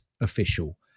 official